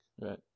Right